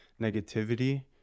negativity